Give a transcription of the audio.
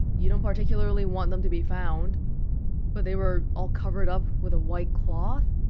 you don't particularly want them to be found but they were all covered up with white cloth?